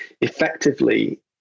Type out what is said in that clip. Effectively